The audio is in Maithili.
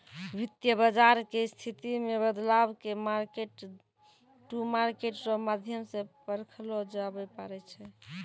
वित्त बाजार के स्थिति मे बदलाव के मार्केट टू मार्केट रो माध्यम से परखलो जाबै पारै छै